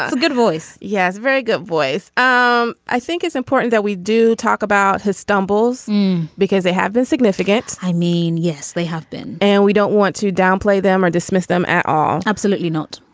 ah good voice. yes very good voice um i think it's important that we do talk about his stumbles because they have been significant. i mean yes they have been. and we don't want to downplay them or dismiss them at all. absolutely not.